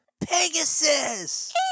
Pegasus